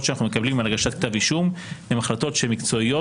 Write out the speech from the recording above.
שאנחנו מקבלים על הגשת כתב אישום הן החלטות שהן מקצועיות,